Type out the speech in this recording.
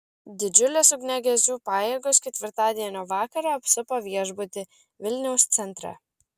didžiulės ugniagesių pajėgos ketvirtadienio vakarą apsupo viešbutį vilniaus centre